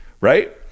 right